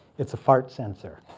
it's a fart sensor.